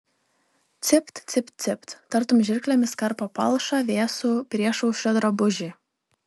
cipt cipt cipt tartum žirklėmis karpo palšą vėsų priešaušrio drabužį